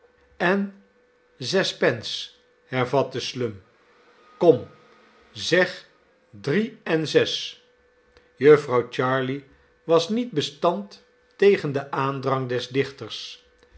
en zes pence hervatte slum kom zeg drie en zes jufvrouw jarley was niet bestand tegen den aandrang des dichters